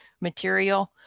material